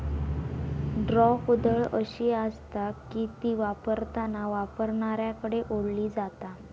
draw कुदळ अशी आसता की ती वापरताना वापरणाऱ्याकडे ओढली जाता